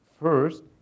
First